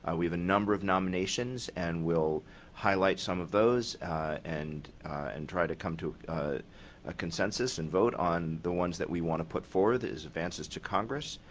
ah we have a number of nominations and we'll highlight some of those and and try to come to a consensus and vote on the ones that we want to put forth as advances to congress.